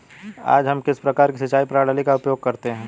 आज हम किस प्रकार की सिंचाई प्रणाली का उपयोग करते हैं?